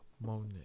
Monet